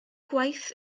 gwaith